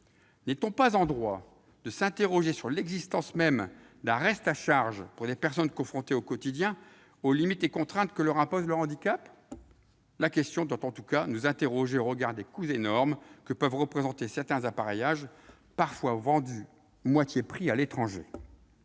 N'est-on pas en droit de s'interroger sur l'existence même d'un reste à charge pour des personnes confrontées au quotidien aux limites et contraintes que leur impose leur handicap ? La question doit en tout cas se poser à nous au regard des coûts énormes que peuvent représenter certains appareillages, parfois vendus moitié prix à l'étranger.